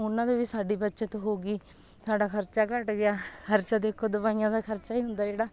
ਉਹਨਾਂ ਦੇ ਵੀ ਸਾਡੀ ਬੱਚਤ ਹੋ ਗਈ ਸਾਡਾ ਖਰਚਾ ਘੱਟ ਗਿਆ ਖਰਚਾ ਦੇਖੋ ਦਵਾਈਆਂ ਦਾ ਖਰਚਾ ਹੀ ਹੁੰਦਾ ਜਿਹੜਾ